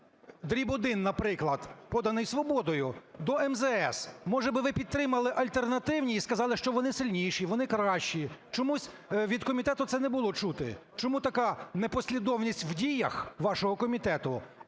дріб один, наприклад, поданий "Свободою", до МЗС. Може би ви підтримали альтернативні і сказали, що вони сильніші, вони кращі? Чомусь від комітету це не було чути. Чому така непослідовність в діях вашого комітету